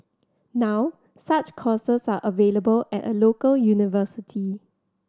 now such courses are available at a local university